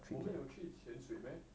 我们有去潜水 meh